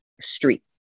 street